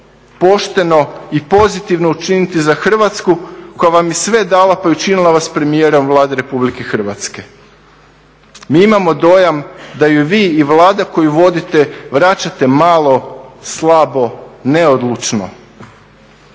pošteno i pozitivno učiniti za Hrvatsku koja vam je sve dala, pa i učinila vas premijerom Vlade Republike Hrvatske? Mi imamo dojam da joj vi i Vlada koju vodite vraćate malo, slabo, neodlučno.